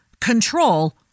control